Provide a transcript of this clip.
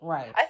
Right